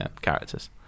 characters